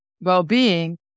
well-being